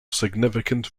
significant